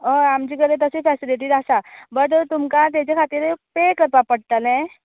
हय आमचे कडेन तसले फेसिलीटीस आसा बट तुमकां तेजा खातीर पे करपा पडटलें